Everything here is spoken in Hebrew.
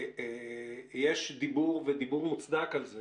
יש דיבור ודיבור מוצדק על זה